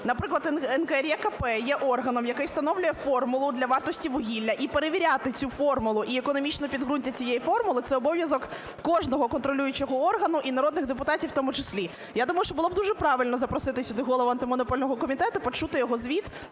наприклад, НКРЕКП є органом, який встановлює формулу для вартості вугілля. І перевіряти цю формулу, і економічне підґрунтя цієї формули – це обов'язок кожного контролюючого органу, і народних депутатів в тому числі. Я думаю, що було б дуже правильно запросити сюди голову Антимонопольного комітету, почути його звіт